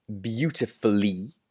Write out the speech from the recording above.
beautifully